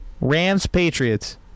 Rams-Patriots